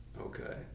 Okay